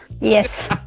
yes